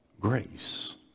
grace